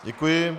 Děkuji.